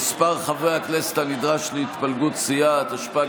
(מספר חברי הכנסת הנדרש להתפלגות סיעה) התשפ"ג